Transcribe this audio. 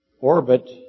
Orbit